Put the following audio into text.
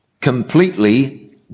completely